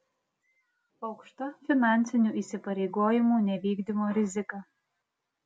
aukšta finansinių įsipareigojimų nevykdymo rizika